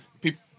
people